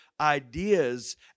ideas